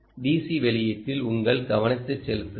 DC வெளியீட்டில் உங்கள் கவனத்தை செலுத்துங்கள்